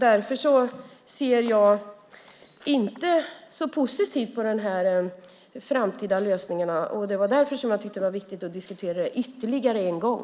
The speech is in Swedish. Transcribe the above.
Därför ser jag inte så positivt på de framtida lösningarna, och det var därför som jag tyckte att det var viktigt att diskutera det här ytterligare en gång.